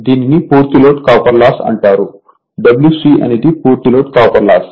దీనిని పూర్తి load copper loss అంటారుWc అనేది పూర్తి లోడ్ కాపర్ లాస్